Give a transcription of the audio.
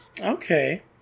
Okay